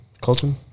Colton